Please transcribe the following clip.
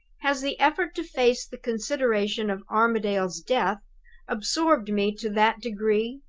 has the effort to face the consideration of armadale's death absorbed me to that degree?